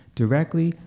directly